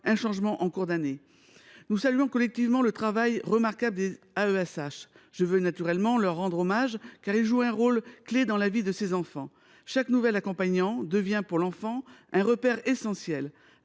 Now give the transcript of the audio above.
changement en cours d’année. Nous saluons collectivement le travail remarquable des AESH. Je veux naturellement leur rendre hommage, car ils jouent un rôle clé dans la vie de ces enfants. Chaque nouvel accompagnant devient pour l’enfant un repère essentiel.